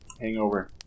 Hangover